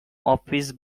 office